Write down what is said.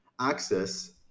access